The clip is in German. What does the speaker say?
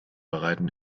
bereiten